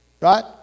Right